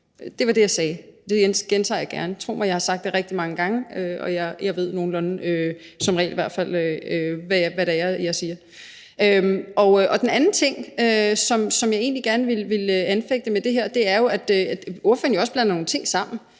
Det var det, jeg sagde, og det gentager jeg gerne. Tro mig, jeg har sagt det rigtig mange gange, og jeg ved nogenlunde – som regel i hvert fald – hvad det er, jeg siger. Den anden ting, som jeg egentlig gerne vil anfægte med det her, er, at ordføreren jo også blander nogle ting sammen.